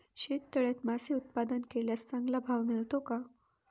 शेततळ्यात मासे उत्पादन केल्यास चांगला भाव मिळतो का?